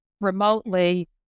remotely